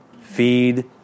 Feed